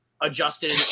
adjusted